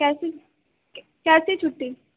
کیسے کیسی چُھٹی